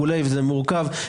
זה מורכב.